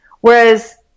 Whereas